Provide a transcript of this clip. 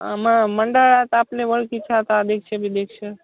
मग मंडळात आपले ओळखीचे आहेत अध्यक्ष बिध्यक्ष